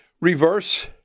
reverse